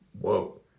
Whoa